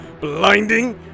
blinding